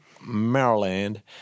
Maryland